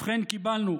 ובכן, קיבלנו,